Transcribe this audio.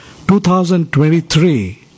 2023